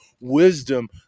wisdom